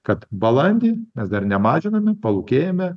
kad balandį mes dar nemažiname palūkėjame